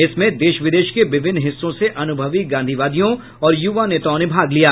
इसमें देश विदेश के विभिन्न हिस्सों से अनुभवी गांधीवादियों और युवा नेताओं ने भाग लिया